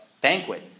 banquet